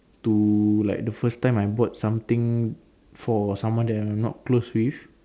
to like the first time I bought something for someone that I am not close with